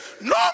no